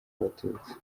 abatutsi